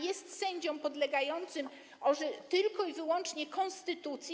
Jest sędzią podlegającym tylko i wyłącznie konstytucji.